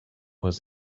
was